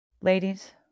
Ladies